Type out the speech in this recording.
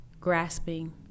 grasping